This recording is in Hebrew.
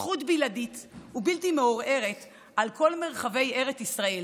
זכות בלעדית ובלתי מעורערת על כל מרחבי ארץ ישראל